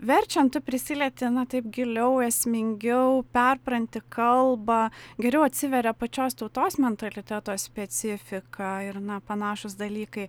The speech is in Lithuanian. verčiant tu prsilieti na taip giliau esmingiau perpranti kalbą geriau atsiveria pačios tautos mentaliteto specifika ir na panašūs dalykai